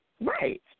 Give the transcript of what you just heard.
Right